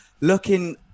Looking